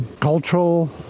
cultural